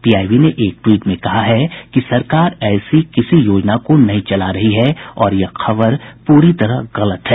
PIB ने एक tweet में कहा है कि सरकार ऐसी किसी योजना को नहीं चला रही है और यह खबर पूरी तरह गलत है